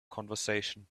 conversation